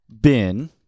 bin